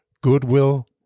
goodwill